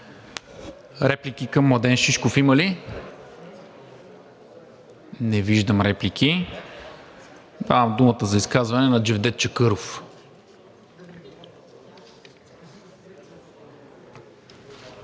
Реплики към Младен Шишков има ли? Не виждам. Давам думата за изказване на Джевдет Чакъров.